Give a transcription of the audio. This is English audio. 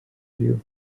you